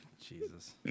Jesus